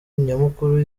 nyamukuru